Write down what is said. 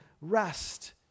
rest